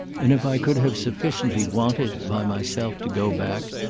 and if i could have sufficiently wanted by myself to go back,